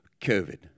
COVID